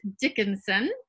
Dickinson